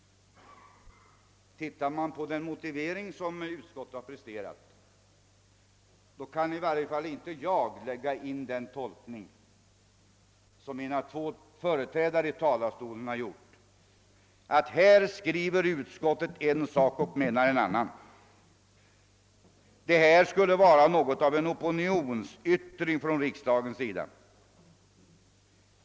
Om man ser på den motivering som utskottet har presterat, kan i varje fall inte jag däri lägga in den tolkning som de två föregående talarna har gjort, nämligen att här skriver utskottet en sak och menar en annan. Detta skulle vara något av en opinionsyttring från riksdagens sida.